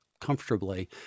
comfortably